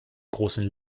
großen